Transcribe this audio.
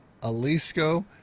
Alisco